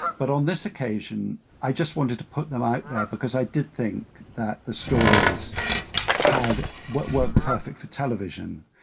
but on this occasion, i just wanted to put them out there because i did think that the stories had what was perfect for television.